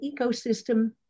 ecosystem